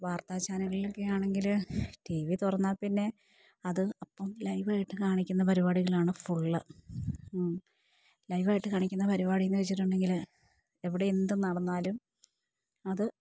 വാർത്താ ചാനലിലൊക്കെയാണെങ്കില് T V തുറന്നാല്പ്പിന്നെ അത് അപ്പോള് ലൈവായിട്ടു കാണിക്കുന്ന പരിപാടികളാണ് ഫുള് ലൈവായിട്ട് കാണിക്കുന്ന പരിപാടിയെന്നു വച്ചിട്ടുണ്ടെങ്കില് എവിടെയെന്തു നടന്നാലും അത്